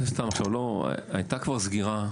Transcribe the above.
הייתה כבר סגירה,